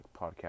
podcast